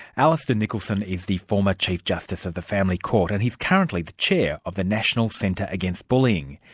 alistair nicholson is the former chief justice of the family court, and he's currently the chair of the national centre against bullying.